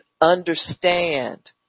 understand